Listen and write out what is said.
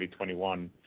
2021